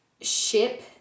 ship